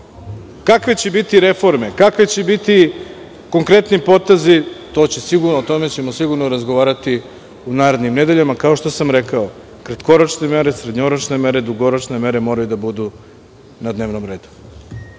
kakve će biti reforme, kakvi će biti konkretni potezi? O tome ćemo sigurno razgovarati u narednim nedeljama. Kao što sam rekao – kratkoročne mere, srednjoročne mere, dugoročne mere moraju da budu na dnevnom redu. Još